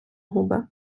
губи